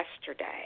yesterday